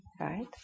right